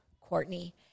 Courtney